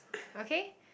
okay